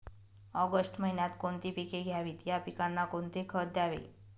August महिन्यात कोणती पिके घ्यावीत? या पिकांना कोणते खत द्यावे?